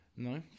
No